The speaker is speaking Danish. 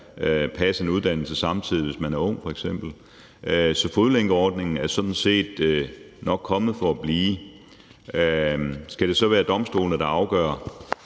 passe en uddannelse, hvis man er ung. Så fodlænkeordningen er sådan set nok kommet for at blive. Skal det så være domstolene, der afgør